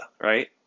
right